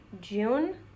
June